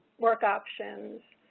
work options,